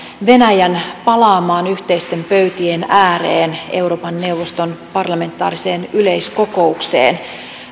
venäjän palaamaan yhteisten pöytien ääreen euroopan neuvoston parlamentaariseen yleiskokoukseen